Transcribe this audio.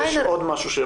אבל תשמעי, יש עוד משהו.